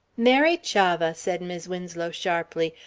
mary chavah! said mis' winslow, sharply,